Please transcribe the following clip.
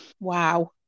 Wow